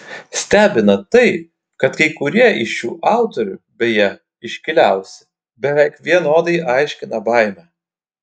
stebina tai kad kai kurie iš šių autorių beje iškiliausi beveik vienodai aiškina baimę